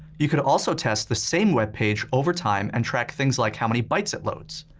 you could also test the same web page over time and track things like how many bytes it loads,